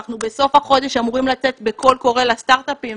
ואנחנו בסוף החודש אמורים לצאת בקול קורא לסטרטאפים,